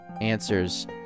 answers